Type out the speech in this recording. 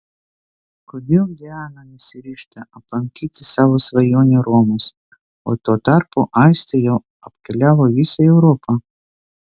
kodėl diana nesiryžta aplankyti savo svajonių romos o tuo tarpu aistė jau apkeliavo visą europą